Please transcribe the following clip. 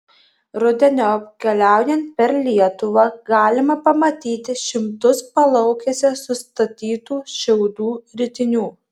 rudeniop keliaujant per lietuvą galima pamatyti šimtus palaukėse sustatytų šiaudų ritinių